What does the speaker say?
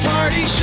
Party